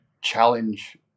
challenge